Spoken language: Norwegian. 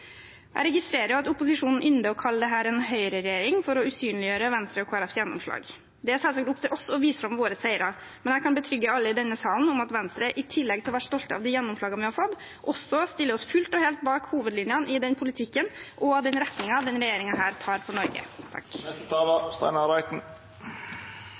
Jeg registrerer at opposisjonen ynder å kalle dette en «høyreregjering» for å usynliggjøre Venstres og Kristelig Folkepartis gjennomslag. Det er selvsagt opp til oss å vise fram våre seire, men jeg kan betrygge alle i denne salen om at Venstre – i tillegg til å være stolt av de gjennomslagene vi har fått – stiller oss fullt og helt bak hovedlinjene i den politikken og den retningen denne regjeringen tar for Norge.